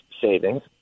savings